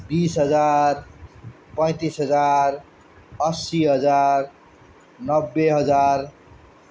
बिस हजार पैँतिस हजार असी हजार नब्बे हजार